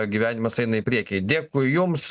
gyvenimas eina į priekį dėkui jums